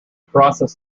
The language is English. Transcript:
process